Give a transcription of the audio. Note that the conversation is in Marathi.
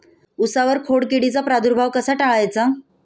उसावर खोडकिडीचा प्रादुर्भाव कसा टाळायचा?